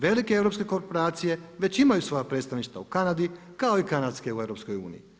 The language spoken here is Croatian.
Velike europske korporacije već imaju svoja predstavništva u Kanadi kao i kanadske u EU.